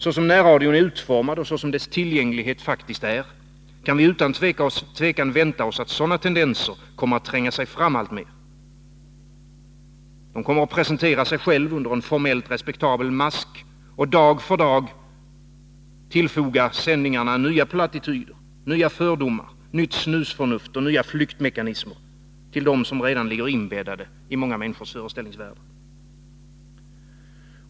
Så som närradion är utformad och så som dess tillgänglighet faktiskt är, kan vi utan tvivel vänta oss att sådana tendenser kommer att tränga sig fram alltmer. De kommer att presentera sig själva under en formellt respektabel mask och dag för dag i sändningarna foga nya plattityder, nya fördomar, nytt snusförnuft och nya flyktmekanismer till det som redan ligger inbäddat i många människors föreställningsvärldar.